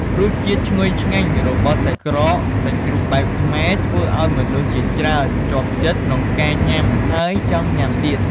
រសជាតិឈ្ងុយឆ្ងាញ់របស់សាច់ក្រកសាច់ជ្រូកបែបខ្មែរ ធ្វើឱ្យមនុស្សជាច្រើន ជាប់ចិត្តក្នងការញុាំហើយចង់ញុាំទៀត។